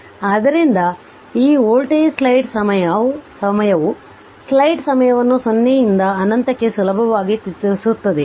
ಆದ್ದರಿಂದ ಈ voltage slide ಸಮಯವು ಸ್ಲೈಡ್ ಸಮಯ ವನ್ನು 0 ರಿಂದ ಅನಂತಕ್ಕೆ ಸುಲಭವಾಗಿ ಚಿತ್ರಿಸುತ್ತದೆ